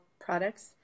products